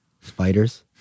Spiders